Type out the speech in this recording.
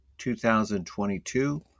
2022